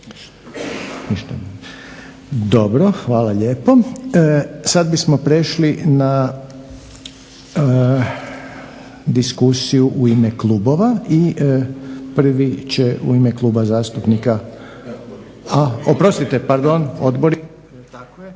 Dobro. Hvala lijepo. Sad bismo prešli na diskusiju u ime klubova i prvi će u ime Kluba zastupnika, a oprostite pardon. Odbori, tako je.